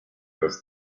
los